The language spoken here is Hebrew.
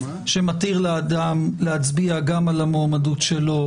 שמתיר לאדם להצביע גם על המועמדות שלו,